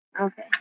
Okay